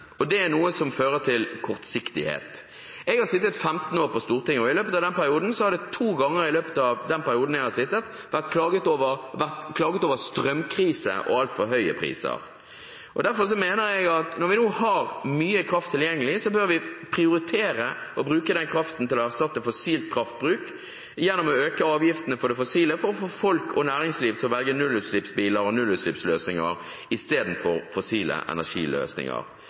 og det er noe som fører til kortsiktighet. Jeg har sittet 15 år på Stortinget, og i løpet av den perioden har det to ganger vært klaget over strømkrise og altfor høye priser. Derfor mener jeg at når vi nå har mye kraft tilgjengelig, bør vi prioritere å bruke den kraften til å erstatte fossil kraftbruk gjennom å øke avgiftene på den fossile kraftbruken for å få folk og næringsliv til å velge nullutslippsbiler og nullutslippsløsninger istedenfor fossile energiløsninger.